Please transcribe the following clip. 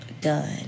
done